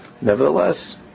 Nevertheless